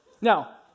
Now